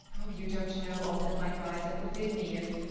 oh, you don't know all that might rise up within me, if